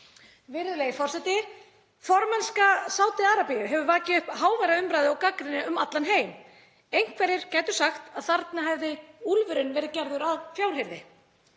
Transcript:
Virðulegi forseti. Formennska Sádi-Arabíu hefur vakið upp háværa umræðu og gagnrýni um allan heim. Einhverjir gætu sagt að þarna hefði úlfurinn verið gerður að fjárhirði.